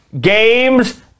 games